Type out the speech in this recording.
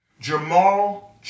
Jamal